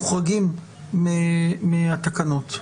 מוחרגים מהתקנות.